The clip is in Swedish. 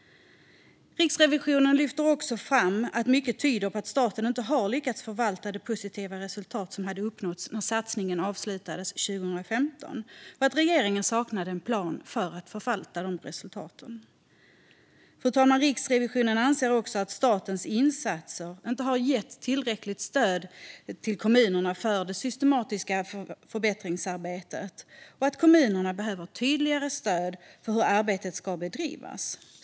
Riksrevisionen lyfter också fram att mycket tyder på att staten inte har lyckats förvalta de positiva resultat som hade uppnåtts när satsningen avslutades 2015 och att regeringen saknade en plan för att förvalta resultaten. Riksrevisionen anser också att statens insatser inte har gett tillräckligt stöd till kommunerna för det systematiska förbättringsarbetet och att kommunerna behöver ett tydligare stöd för hur arbetet ska bedrivas.